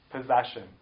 possession